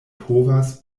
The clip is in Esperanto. povas